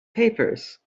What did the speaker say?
papers